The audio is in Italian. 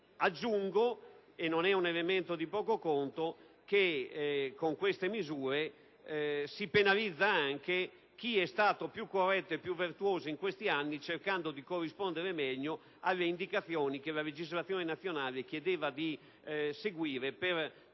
Aggiungo ‑ non è un elemento di poco conto ‑ che con queste misure si penalizza anche chi è stato più corretto e virtuoso negli ultimi anni, cercando di corrispondere in modo migliore alle indicazioni che la legislazione nazionale chiedeva di seguire per trasformare